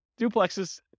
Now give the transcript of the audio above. duplexes